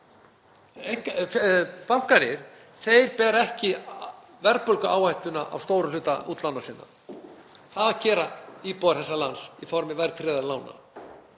Bankarnir bera ekki verðbólguáhættu á stórum hluta útlána sinna, það gera íbúar þessa lands í formi verðtryggðra lána.